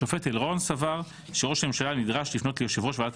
השופט אלרון סבר שראש הממשלה נדרש לפנות ליושב ראש ועדת